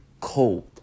cold